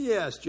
Yes